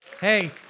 Hey